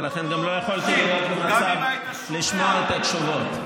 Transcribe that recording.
ולכן גם לא יכולתי להיות במצב של לשמוע את התשובות.